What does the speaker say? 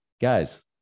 Guys